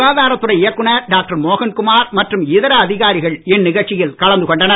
சுகாதாரத்துறை இயக்குநர் டாக்டர் மோகன் குமார் மற்றும் இதர அதிகாரிகள் இந்நிகழ்ச்சியில் கலந்து கொண்டனர்